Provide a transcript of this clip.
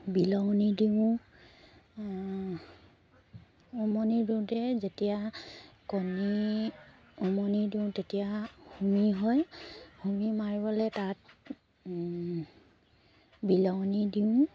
বিহলঙনি দিওঁ উমনি দিওঁতে যেতিয়া কণী উমনি দিওঁ তেতিয়া হুমি হয় হুমি মাৰিবলৈ তাত বিহলঙনি দিওঁ